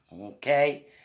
Okay